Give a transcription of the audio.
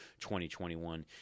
2021